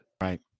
Right